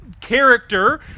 character